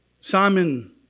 Simon